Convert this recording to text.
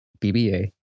BBA